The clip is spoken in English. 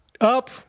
up